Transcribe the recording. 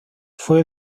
fue